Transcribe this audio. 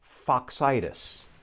Foxitis